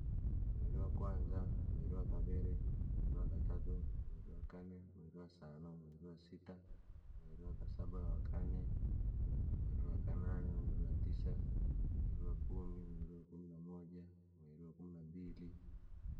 Mweri wa kwanza, mweri wakaviri, mweri wakatatu, mweri wakane, mweri wasano. mweri wasita, mweri waka saba, waka nane, mweri wa kanane, mweri watisa, mweri wa kumi, mweri wa kumi na moja, an mweri waa kumi na mbili